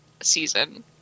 season